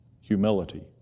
humility